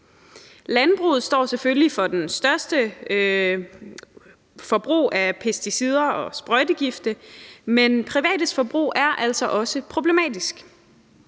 Landbruget står selvfølgelig for det største forbrug af pesticider og sprøjtegifte, men privates forbrug er altså også problematisk.